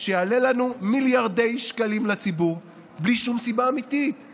שיעלה לנו מיליארדי שקלים לציבור בלי שום סיבה אמיתית,